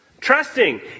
trusting